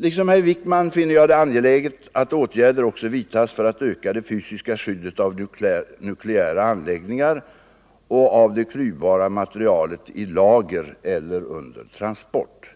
Liksom herr Wijkman finner jag det angeläget att åtgärder också vidtas för att öka det fysiska skyddet av nukleära anläggningar och av det klyvbara materialet i lager eller under transport.